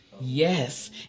Yes